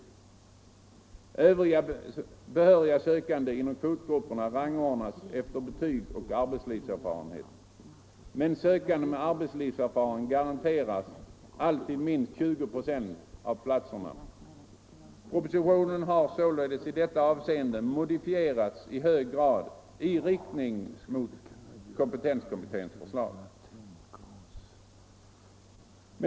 Övriga behöriga sökande inom kvotgrupperna rangordnas efter betyg och arbetslivserfarenhet, men sökande med arbetslivserfarenhet garanteras alltid minst 20 96 av platserna. Propositionen har således i detta avseende modifierats i hög grad i riktning mot kompetenskommitténs förslag.